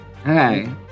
Okay